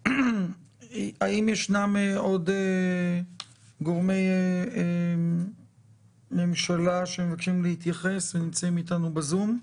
האם ישנם עוד גורמי ממשלה שמבקשים להתייחס ונמצאים איתנו בזום?